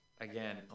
again